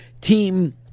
team